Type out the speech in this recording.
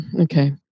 Okay